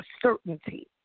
certainty